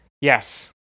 Yes